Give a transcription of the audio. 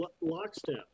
Lockstep